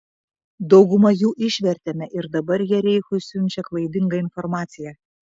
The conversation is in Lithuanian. daugumą jų išvertėme ir dabar jie reichui siunčia klaidingą informaciją